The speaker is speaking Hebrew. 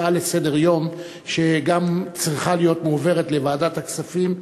הצעה לסדר-יום שגם צריכה להיות מועברת לוועדת הכספים,